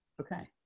Okay